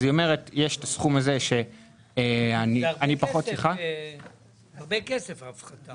היא אומרת שיש את הסכום הזה שהיא פחות צריכה --- הרבה כסף בהפחתה.